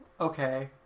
okay